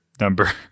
number